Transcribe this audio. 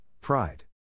pride